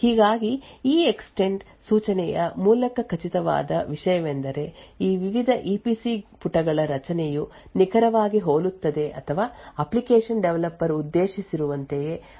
ಹೀಗಾಗಿ extend ಸೂಚನೆಯ ಮೂಲಕ ಖಚಿತವಾದ ವಿಷಯವೆಂದರೆ ಈ ವಿವಿಧ ಇಪಿಸಿ ಪುಟಗಳ ರಚನೆಯು ನಿಖರವಾಗಿ ಹೋಲುತ್ತದೆ ಅಥವಾ ಅಪ್ಲಿಕೇಶನ್ ಡೆವಲಪರ್ ಉದ್ದೇಶಿಸಿರುವಂತೆಯೇ ಅದೇ ಸಹಿಯನ್ನು ಹೊಂದಿದೆ